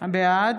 בעד